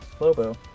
Lobo